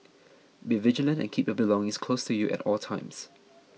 be vigilant and keep your belongings close to you at all times